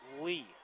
Lee